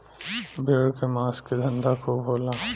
भेड़ के मांस के धंधा खूब होला